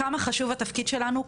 כמה חשוב התפקיד שלנו,